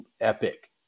epic